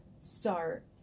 start